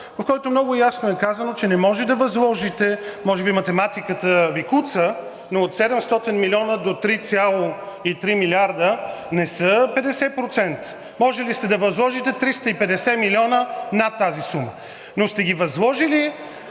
по който много ясно е казано, че не може да възложите, може би математиката Ви куца, но от 700 милиона до 3,3 милиарда не са 50%. Може ли сте да възложите 350 милиона над тази сума, но сте ги възложили